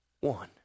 one